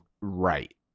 right